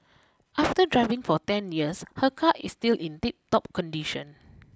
after driving for ten years her car is still in tip top condition